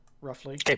roughly